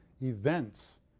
events